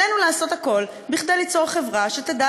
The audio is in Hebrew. עלינו לעשות הכול כדי ליצור חברה שתדע